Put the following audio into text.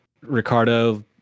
ricardo